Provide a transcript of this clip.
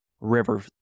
River